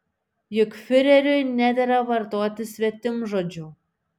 juk fiureriui nedera vartoti svetimžodžių